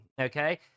okay